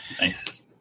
Nice